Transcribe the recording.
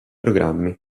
programmi